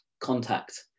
contact